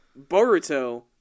Boruto